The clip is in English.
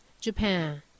Japan